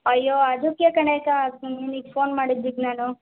ಅಯ್ಯೋ ಅದಕ್ಕೆ ಕಣೆ ಕಾ ನಿನಿಗೆ ಫೋನ್ ಮಾಡಿದ್ದು ಈಗ ನಾನು